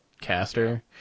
caster